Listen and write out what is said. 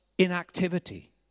inactivity